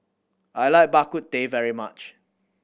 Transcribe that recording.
I like Bak Kut Teh very much